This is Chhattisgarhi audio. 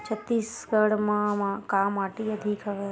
छत्तीसगढ़ म का माटी अधिक हवे?